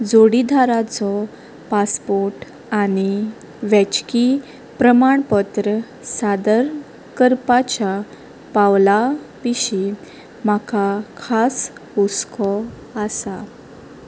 जोडीधाराचो passport आनी वैजकी प्रमाणपत्र सादर करपाच्या पावलां विशीं म्हाका खास उस्को आसा